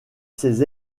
ses